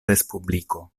respubliko